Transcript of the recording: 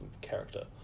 character